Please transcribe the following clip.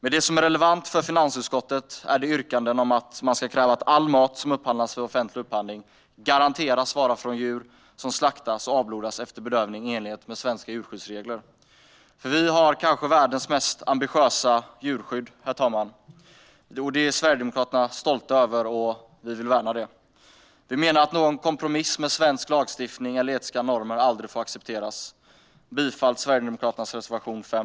Det som är relevant för finansutskottet är yrkandena om att man ska kräva att all mat som upphandlas via offentlig upphandling garanteras vara från djur som slaktats och avblodats efter bedövning i enlighet med svenska djurskyddsregler. Vi har kanske världens mest ambitiösa djurskydd, herr talman, och det är något Sverigedemokraterna är stolta över och vill värna. Vi menar att en kompromiss med svensk lagstiftning eller etiska normer aldrig får accepteras. Jag yrkar bifall till Sverigedemokraternas reservation 5.